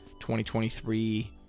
2023